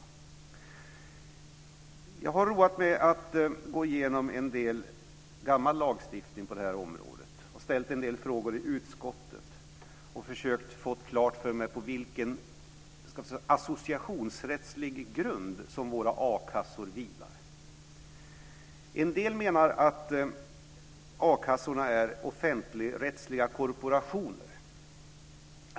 Jag har roat mig med att gå igenom en del gammal lagstiftning på det här området och ställt en del frågor i utskottet. Jag har försökt att få klart för mig på vilken associationsrättslig grund våra a-kassor vilar. En del menar att a-kassorna är offentligrättsliga korporationer.